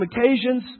occasions